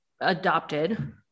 adopted